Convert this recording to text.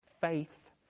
faith